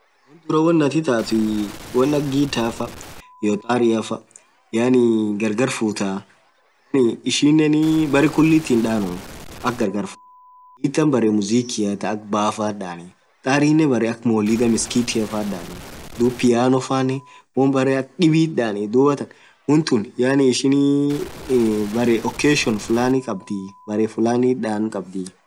Wonn dhuraa won atin ithathi won akha gitar faaa tariia faa yaani gargar futhaa yaani ishinen berre khulithi hidhanu akha gargar fudhen gitan berre music tha akha baaa faa dhani tarrinen berre akha Moulidha msikitia faa dhani dhub piano faa nen won akhan beree dhib dhani dhuathan wonthun yaani ishin varrication fulani khabdhii berre fulani dhann khabdhii